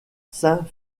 saint